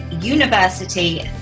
university